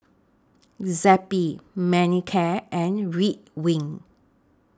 Zappy Manicare and Ridwind